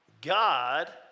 God